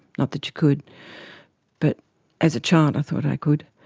not that you could but as a child i thought i could.